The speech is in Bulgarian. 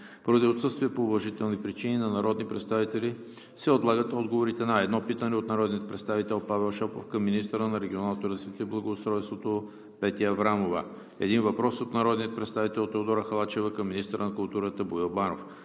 Поради отсъствие по уважителни причини на народни представители се отлагат отговорите на: - едно питане от народния представител Павел Шопов към министъра на регионалното развитие и благоустройството Петя Аврамова; - един въпрос от народния представител Теодора Халачева към министъра на културата Боил Банов.